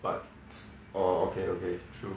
but orh okay okay true